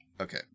Okay